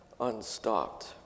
unstopped